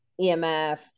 EMF